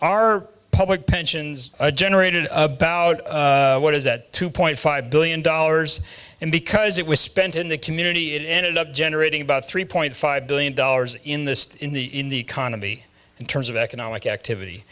our public pensions generated about what is that two point five billion dollars and because it was spent in the community it ended up generating about three point five billion dollars in this in the in the economy in terms of economic activity